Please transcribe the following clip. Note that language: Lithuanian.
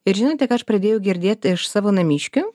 ir žinote ką aš pradėjau girdėt iš savo namiškių